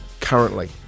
currently